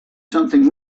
something